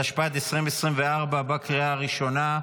התשפ"ד 2024, בקריאה הראשונה.